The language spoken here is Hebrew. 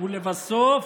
לבסוף,